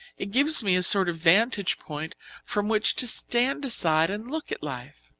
it gives me a sort of vantage point from which to stand aside and look at life.